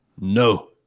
No